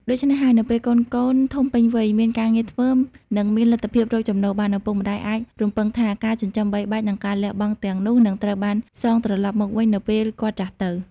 ដូច្នេះហើយ នៅពេលកូនៗធំពេញវ័យ មានការងារធ្វើ និងមានលទ្ធភាពរកចំណូលបាន ឪពុកម្ដាយអាចរំពឹងថាការចិញ្ចឹមបីបាច់ និងការលះបង់ទាំងនោះនឹងត្រូវបានសងត្រឡប់មកវិញនៅពេលគាត់ចាស់ទៅ។